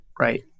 right